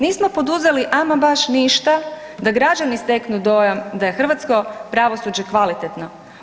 Nismo poduzeli ama baš ništa da građani steknu dojam da je hrvatsko pravosuđe kvalitetno.